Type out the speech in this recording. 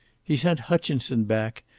he sent hutchinson back,